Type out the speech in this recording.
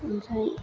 ओमफ्राय